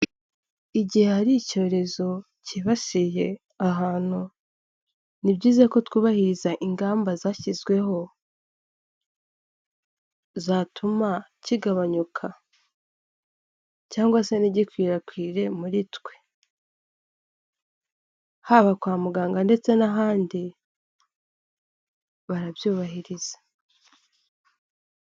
Igihe hari icyorezo cyibasiye ahantu, ni byiza ko twubahiriza ingamba zashyizweho zatuma kigabanyuka cyangwase ntigikwirakwire muri twe, haba kwa muganga ndetse n'ahandi barabyubahiriza.